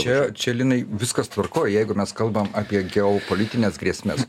čia čia linai viskas tvarkoj jeigu mes kalbam apie geopolitines grėsmes